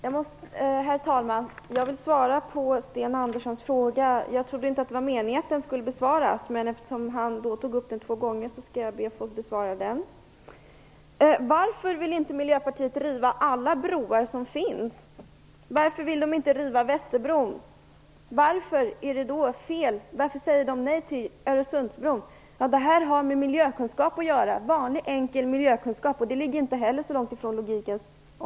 Herr talman! Jag vill svara på Sten Anderssons fråga. Jag trodde först inte att han ville få den besvarad, men eftersom den har ställts två gånger, skall jag besvara den. Varför vill Miljöpartiet inte riva alla broar som finns, t.ex. Västerbron, och varför säger vi då nej till Öresundsbron? Det har med vanlig enkel miljökunskap att göra. Det är ett ämne som faktiskt inte ligger så långt från logiken.